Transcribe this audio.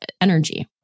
energy